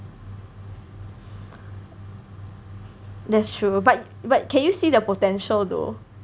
that's true but but can you see the potential though